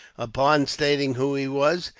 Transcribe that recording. upon stating who he was,